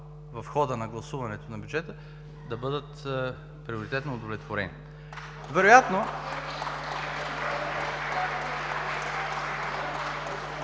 в хода на гласуването на бюджета, да бъдат приоритетно удовлетворени.